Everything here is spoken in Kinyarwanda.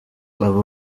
aba